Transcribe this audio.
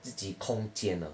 自己空间啊